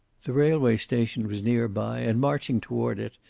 the railway station was near-by, and marching toward it,